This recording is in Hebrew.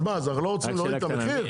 אז מה, אנחנו לא רוצים להוריד את המחיר?